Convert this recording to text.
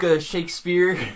Shakespeare